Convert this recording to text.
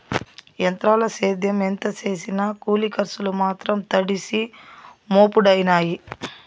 ఎంత్రాల సేద్యం ఎంత సేసినా కూలి కర్సులు మాత్రం తడిసి మోపుడయినాయి